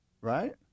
right